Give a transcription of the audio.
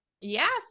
Yes